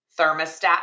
thermostat